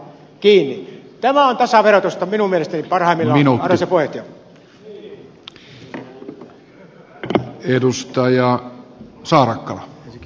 tämä on tasaverotusta minun mielestäni parhaimmillaan arvoisa puheenjohtaja